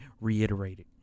reiterated